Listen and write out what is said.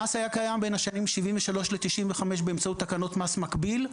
המס היה קיים בין השנים 1973 ל-1995 באמצעות תקנות מס מקביל.